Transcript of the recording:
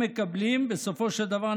הם מקבלים בסופו של דבר,